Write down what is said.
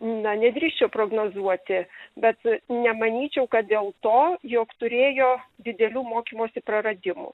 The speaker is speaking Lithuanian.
na nedrįsčiau prognozuoti bet nemanyčiau kad dėl to jog turėjo didelių mokymosi praradimų